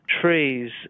Trees